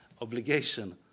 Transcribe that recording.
obligation